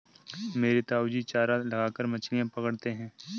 मेरे ताऊजी चारा लगाकर मछलियां पकड़ते हैं